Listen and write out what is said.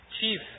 Chief